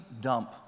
dump